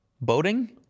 Boating